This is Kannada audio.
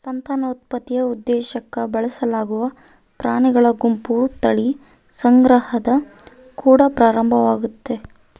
ಸಂತಾನೋತ್ಪತ್ತಿಯ ಉದ್ದೇಶುಕ್ಕ ಬಳಸಲಾಗುವ ಪ್ರಾಣಿಗಳ ಗುಂಪು ತಳಿ ಸಂಗ್ರಹದ ಕುಡ ಪ್ರಾರಂಭವಾಗ್ತತೆ